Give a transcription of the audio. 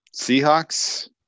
Seahawks